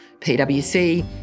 PwC